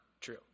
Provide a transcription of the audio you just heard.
true